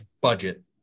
budget